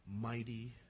mighty